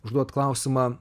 užduot klausimą